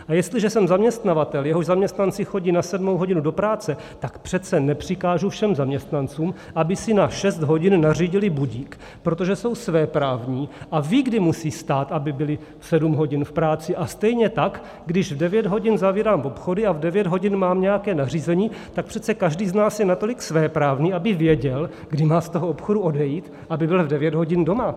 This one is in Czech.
A jestliže jsem zaměstnavatel, jehož zaměstnanci chodí na sedmou hodinu do práce, tak přece nepřikážu všem zaměstnancům, aby si na šest hodin nařídili budík, protože jsou svéprávní a vědí, kdy musí vstát, aby byli v sedm hodin v práci, a stejně tak když v 9 hodin zavírám obchody a v 9 hodin mám nějaké nařízení, tak přece každý z nás je natolik svéprávný, aby věděl, kdy má z toho obchodu odejít, aby byl v 9 hodin doma.